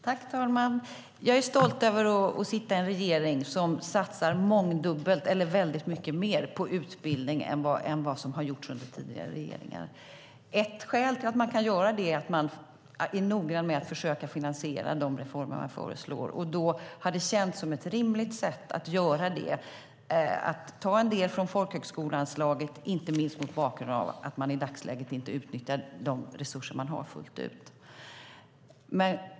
Fru talman! Jag är stolt över att sitta i en regering som satsar väldigt mycket mer på utbildning än vad som har gjorts under tidigare regeringar. Ett skäl till att man kan göra det är man är noggrann med att försöka finansiera de reformer man föreslår. Det har känts som ett rimligt sätt att göra detta genom att ta en del från folkhögskoleanslaget, inte minst mot bakgrund av att de i dagsläget inte utnyttjar de resurser de har fullt ut.